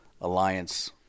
Alliance